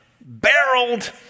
barreled